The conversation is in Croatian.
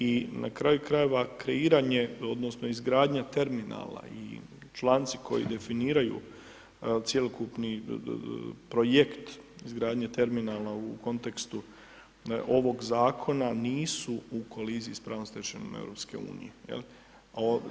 I na kraju krajeva kreiranje odnosno izgradnja Terminala i članci koji definiraju cjelokupni projekt izgradnje Terminala u kontekstu ovog Zakona, nisu u koliziji sa pravnom stečevinom Europske unije, jel.